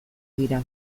dira